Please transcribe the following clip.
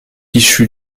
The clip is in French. issue